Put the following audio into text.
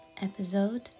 episode